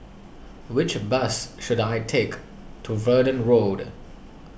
which bus should I take to Verdun Road